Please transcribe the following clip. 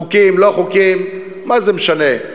חוקים, לא חוקים, מה זה משנה?